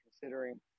Considering